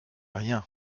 rien